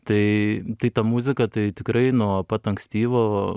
tai tai ta muzika tai tikrai nuo pat ankstyvo